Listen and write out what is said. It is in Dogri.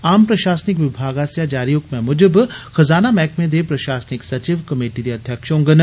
आम प्रशासनिकविमाग आस्सेआ जारी हुकमै मूजब खजाना मैहकमे दे प्रशसनिक सचिव कमेटी दे अध्यक्ष होंगन